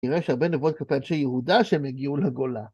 נראה שהרבה נבואות כלפי אנשי יהודה שהם הגיעו לגולה.